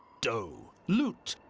dough, loot,